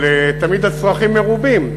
אבל תמיד הצרכים מרובים.